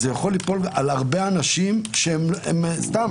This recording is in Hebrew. זה יכול ליפול על הרבה אנשים שהם סתם.